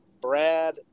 Brad